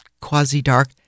quasi-dark